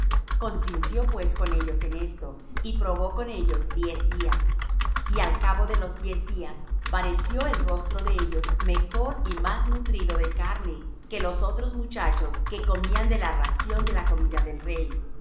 consintió pues con ellos en esto y probó con ellos diez días y al cabo de los diez días pareció el rostro de ellos mejor y más nutrido de carne que los otros muchachos que comían de la ración de comida del rey así